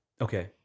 Okay